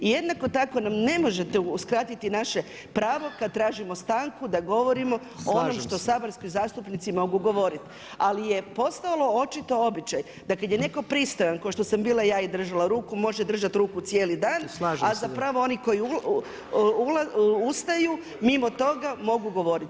I jednako tako nam ne možete uskratiti naše pravo kad tražimo stanku da govorimo o onom što saborski zastupnici mogu govoriti [[Upadica predsjednik: Slažem se.]] Ali je postalo očito običaj da kad je netko pristojan kao što sam bila ja i držala ruku može držati ruku cijeli dan, a zapravo oni koji ustaju mimo toga mogu govoriti.